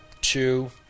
two